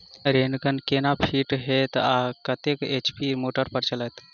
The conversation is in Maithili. रेन गन केना फिट हेतइ आ कतेक एच.पी मोटर पर चलतै?